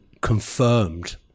confirmed